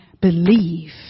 believe